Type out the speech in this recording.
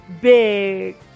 big